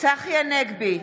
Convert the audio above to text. צחי הנגבי,